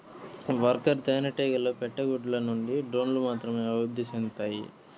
worker తేనెటీగలు పెట్టే గుడ్ల నుండి డ్రోన్లు మాత్రమే అభివృద్ధి సెందుతాయి